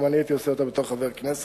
גם אני הייתי שואל אותה כחבר הכנסת.